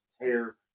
hair